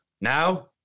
Now